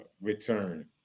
return